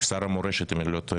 שר המורשת אם אני לא טועה,